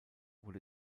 wurde